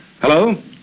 Hello